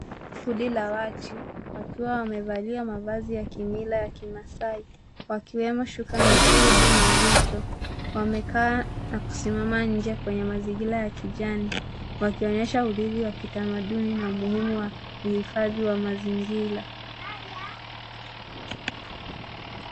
Kundi la watu, wakiwa wamevalia mavazi ya kimila ya kimasai, wakiwemo shuka nyekundu na vito, wamekaa na kusimama nje kwenye mazingira ya kijani, wakionyesha ulinzi kitamaduni na umuhimu wa uhifadhi wa mazingira.